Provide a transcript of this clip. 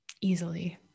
easily